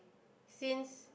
since